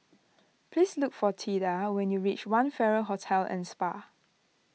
please look for theda when you reach one Farrer Hotel and Spa